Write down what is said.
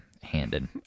handed